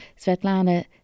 Svetlana